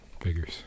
Figures